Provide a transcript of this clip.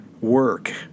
work